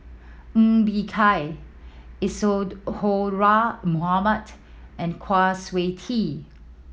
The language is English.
Ng Bee Kia Isadhora Mohamed and Kwa Siew Tee